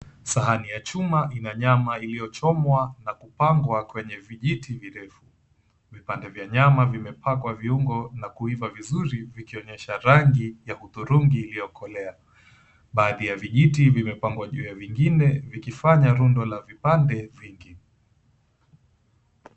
Sahani ya chuma ina nyama iliyochomwa na kupangwa kwenye vijiti virefu. Vipande vya nyama vimepakwa viungo na kuiva vizuri vikionyesha rangi ya hudhurungi iliyokolea. Baadhi ya vijiti vimepangwa juu ya vingine vikifanya rundo la vipande vingi.